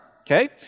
Okay